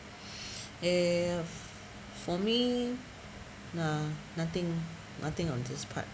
eh for me ah nothing nothing on this part